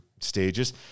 stages